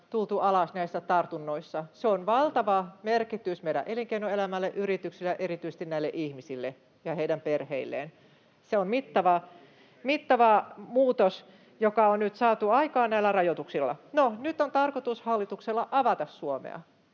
tultu alas näissä tartunnoissa. Sillä on valtava merkitys meidän elinkeinoelämällemme, yrityksillemme ja erityisesti näille ihmisille ja heidän perheilleen. Se on mittava, mittava muutos, joka on nyt saatu aikaan näillä rajoituksilla. No, nyt hallituksella on tarkoitus